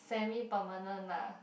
semi permanent lah